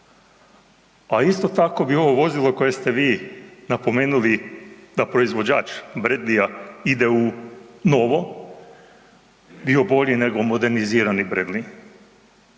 A isto tako bi ovo vozilo koje ste vi napomenuli da proizvođač Bradleyja ide u novo, bio bolji nego modernizirani Bradley.